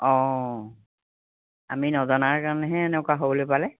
অঁ আমি নজনাৰ কাৰণেহে এনেকুৱা হ'বলৈ পালে